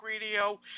Radio